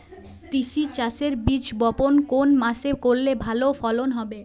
তিসি চাষের বীজ বপন কোন মাসে করলে ভালো ফলন হবে?